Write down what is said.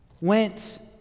went